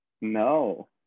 no